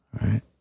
Right